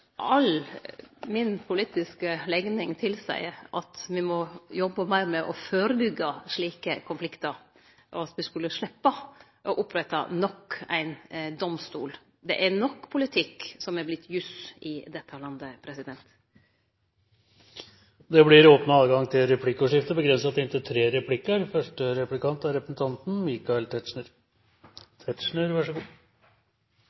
all mi politiske legning tilseier at me må jobbe meir med å førebyggje slike konfliktar, og at me slepp å opprette nok ein domstol. Det er nok politikk som har vorte jus i dette landet. Det blir